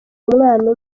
umwana